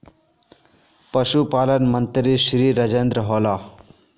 पशुपालन मंत्री श्री राजेन्द्र होला?